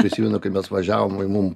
prisimenu kaip mes važiavom į mum